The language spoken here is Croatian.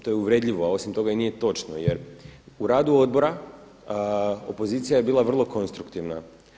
To je uvredljivo, a osim toga nije točno jer u radu odbora opozicija je bila vrlo konstruktivna.